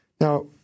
Now